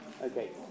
Okay